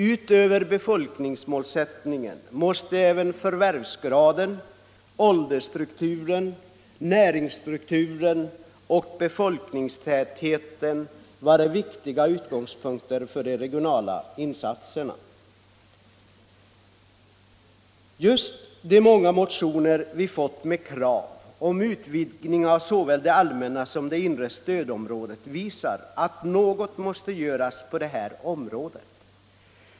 Utöver befolkningsmålsättningen måste även förvärvsgraden, åldersstrukturen, näringsstrukturen och befolkningstätheten vara viktiga utgångspunkter för de regionala insatserna. Just de många motioner vi fått med krav om utvidgning av såväl det allmänna som det inre stödområdet visar att något måste göras på det här området.